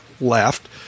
left